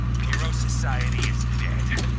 hero society is dead.